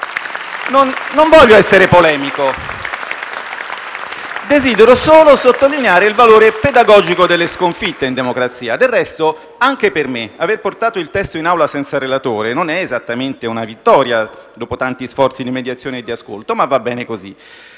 Non voglio essere polemico. Desidero solo sottolineare il valore pedagogico delle sconfitte in democrazia. Del resto, anche per me, aver portato il testo in Aula senza relatore non è esattamente una vittoria, dopo tanti sforzi di mediazione e di ascolto, ma va bene così.